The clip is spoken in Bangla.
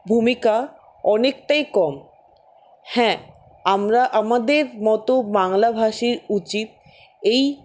ভূমিকা অনেকটাই কম হ্যাঁ আমরা আমাদের মত বাংলাভাষীর উচিৎ এই